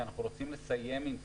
כי אנחנו רוצים לסיים עם זה.